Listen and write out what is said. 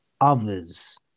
others